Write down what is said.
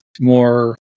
more